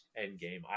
Endgame